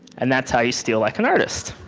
and that's how you steal like an artist.